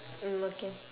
mm okay